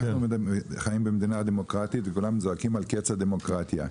אנחנו חיים במדינה דמוקרטית וכולם זועקים על קץ הדמוקרטיה,